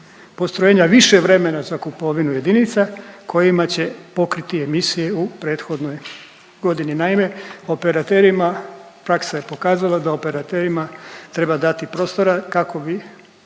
postrojenja više vremena za kupovinu jedinica kojima će pokriti emisije u prethodnoj godini. Naime, operaterima praksa je pokazala da operaterima treba dati prostora kako bi